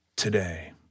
Today